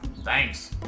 Thanks